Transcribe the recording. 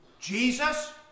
Jesus